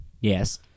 Yes